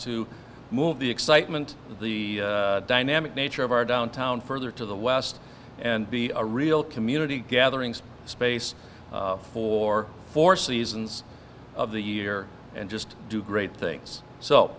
to move the excitement the dynamic nature of our downtown further to the west and be a real community gatherings space for four seasons of the year and just do great things so